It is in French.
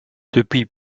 depuis